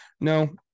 no